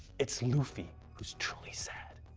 it's luffy who's truly sad.